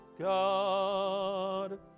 God